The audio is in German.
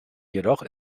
jedoch